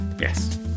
Yes